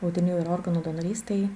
audinių ir organų donorystei